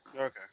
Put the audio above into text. Okay